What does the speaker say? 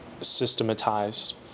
systematized